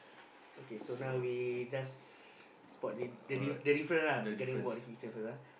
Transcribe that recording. okay so now we just spot the the diff~ the difference ah regarding about this picture first ah